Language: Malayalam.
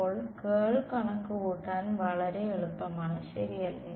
അപ്പോൾ കേൾ കണക്കുകൂട്ടാൻ വളരെ എളുപ്പമാണ് ശരിയല്ലേ